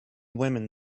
women